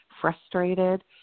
frustrated